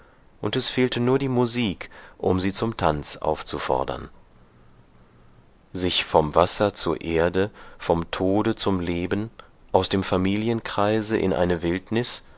und es fehlte nur die musik um sie zum tanz aufzufordern sich vom wasser zur erde vom tode zum leben aus dem familienkreise in eine wildnis